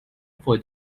for